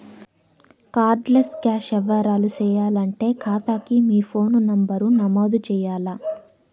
card less cash యవ్వారాలు సేయాలంటే కాతాకి మీ ఫోను నంబరు నమోదు చెయ్యాల్ల